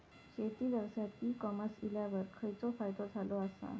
शेती व्यवसायात e commerce इल्यावर खयचो फायदो झालो आसा?